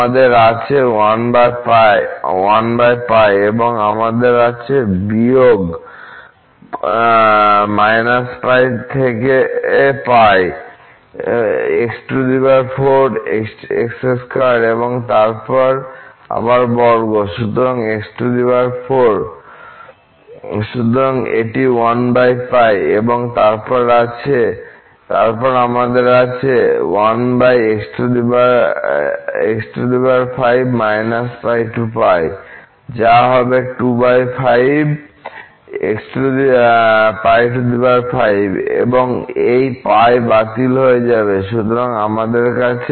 আমাদের আছে 1π এবং আমাদের আছে বিয়োগ π থেকে π x4 x2 এবং তারপর আবার বর্গ সুতরাং x4 সুতরাং এটি 1π এবং তারপর আমাদের আছে যা হবে এবং এই π বাতিল হয়ে যাবে সুতরাং আমাদের আছে